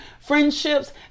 friendships